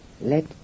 Let